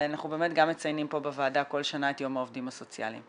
ואנחנו באמת גם מציינים פה בוועדה כל שנה את יום העובדים הסוציאליים.